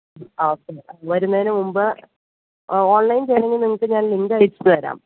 ആ ഓക്കെ എന്നാൽ വരുന്നതിന് മുൻപ് ഓൺലൈൻ ചെയ്യണമെങ്കിൽ നിങ്ങൾക്ക് ഞാൻ ലിങ്ക് അയച്ച് തരാം